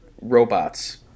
Robots